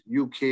UK